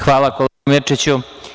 Hvala, kolega Mirčiću.